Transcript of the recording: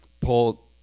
Paul